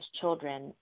children